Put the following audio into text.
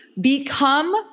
become